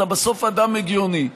אתה בסוף אדם הגיוני: